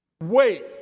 Wait